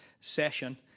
session